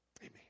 Amen